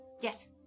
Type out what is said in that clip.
Yes